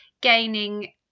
gaining